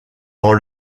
dans